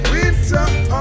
Winter